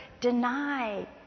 Deny